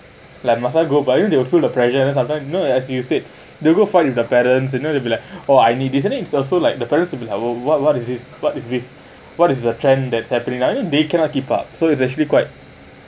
like must I go buy and then you will feel the pressure and then sometime you know as you said they will fight with the parents and then they will be like oh I need this and then it's also like the parents will be like wha~ what is this what is this hat is the trend that's happening you know they cannot keep up so it's actually quite